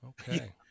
okay